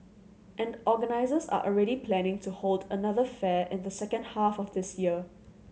and organisers are already planning to hold another fair in the second half of this year